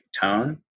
tone